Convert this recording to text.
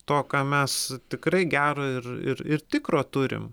to ką mes tikrai gero ir ir ir tikro turim